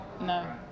No